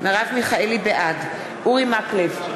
בעד אורי מקלב,